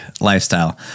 lifestyle